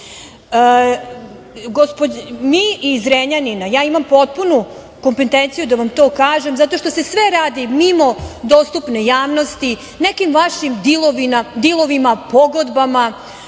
iz Zrenjanina, ja imam potpunu kompetenciju da vam to kažem, zato što se sve radi mimo dostupne javnosti, nekim vašim dilovima, pogodbama,